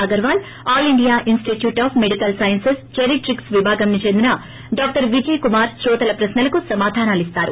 Agarwal all India institute of medical sciences geriatrics విభాగానికి చెందిన doctor Vijay Kumar శ్రోతల ప్రక్పలకు సమాధానాలిస్తారు